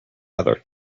other